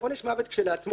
עונש מוות כשלעצמו,